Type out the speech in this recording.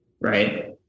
Right